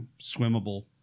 swimmable